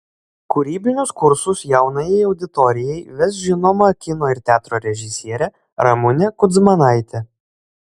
kūrybinius kursus jaunajai auditorijai ves žinoma kino ir teatro režisierė ramunė kudzmanaitė